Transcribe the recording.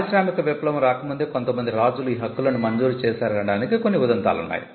పారిశ్రామిక విప్లవం రాకముందే కొంతమంది రాజులు ఈ హక్కులను మంజూరు చేశారనడానికి కొన్ని ఉదంతాలున్నాయి